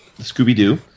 Scooby-Doo